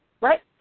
Right